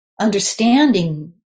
understanding